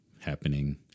happening